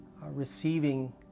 receiving